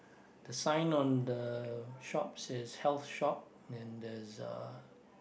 the sign on the shop says health shop then there's a